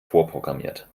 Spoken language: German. vorprogrammiert